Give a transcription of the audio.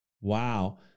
Wow